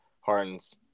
Harden's –